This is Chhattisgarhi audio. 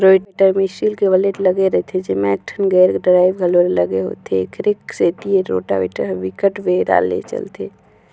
रोटावेटर म स्टील के बलेड लगे रहिथे जेमा एकठन गेयर ड्राइव घलोक लगे होथे, एखरे सेती ए रोटावेटर ह बिकट बेरा ले चलथे